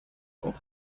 auch